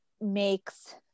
makes